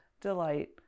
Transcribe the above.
delight